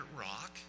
rock